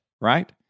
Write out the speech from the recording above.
right